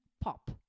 pop